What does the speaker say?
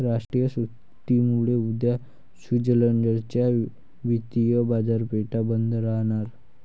राष्ट्रीय सुट्टीमुळे उद्या स्वित्झर्लंड च्या वित्तीय बाजारपेठा बंद राहणार